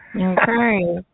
Okay